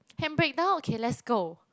handbrake down okay let's go